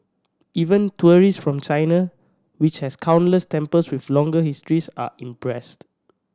even tourists from China which has countless temples with longer histories are impressed